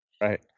Right